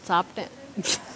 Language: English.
சாப்டேன்:saaptaen